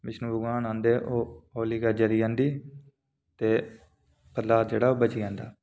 जियां ओह् अग्गी च बैठदी ते प्रह्लाद विष्णु भगवान गी याद करदा ते विष्णु भगवान औंदे ते होलिका जली जंदी ते प्रह्लाद जेह्ड़ा ओह् बची जंदा